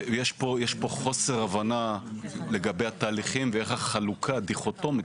יש פה חוסר הבנה לגבי התהליכים ואיך החלוקה הדיכוטומית,